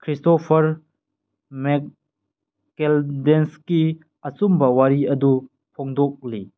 Christopher ꯃꯦꯒ ꯀꯦꯜꯗꯦꯟꯁꯀꯤ ꯑꯆꯨꯝꯕ ꯋꯥꯔꯤ ꯑꯗꯨ ꯐꯣꯡꯗꯣꯛꯂꯤ